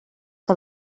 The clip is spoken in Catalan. que